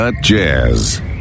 Jazz